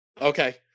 Okay